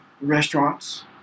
restaurants